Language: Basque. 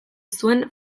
zuen